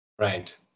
Right